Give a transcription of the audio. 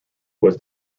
was